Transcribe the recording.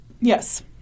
Yes